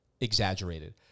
exaggerated